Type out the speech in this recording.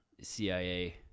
CIA